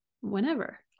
whenever